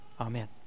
Amen